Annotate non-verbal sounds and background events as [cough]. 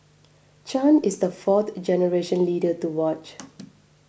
Chan is the fourth generation leader to watch [noise]